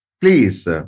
Please